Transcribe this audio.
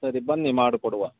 ಸರಿ ಬನ್ನಿ ಮಾಡಿ ಕೊಡುವ